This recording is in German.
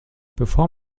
bevor